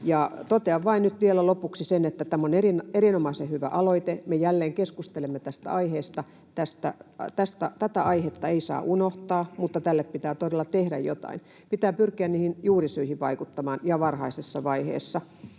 vielä lopuksi sen, että tämä on erinomaisen hyvä aloite. Me jälleen keskustelemme tästä aiheesta. Tätä aihetta ei saa unohtaa, ja tälle pitää todella tehdä jotain. Pitää pyrkiä vaikuttamaan niihin juurisyihin ja varhaisessa vaiheessa,